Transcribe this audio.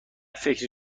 فکری